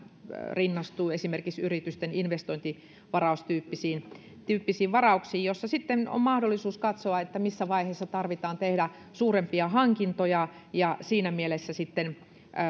rinnastuu esimerkiksi yritysten investointivarausten tyyppisiin tyyppisiin varauksiin joissa on mahdollisuus katsoa missä vaiheessa tarvitsee tehdä suurempia hankintoja ja sitten